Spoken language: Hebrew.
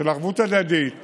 של ערבות הדדית